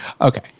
Okay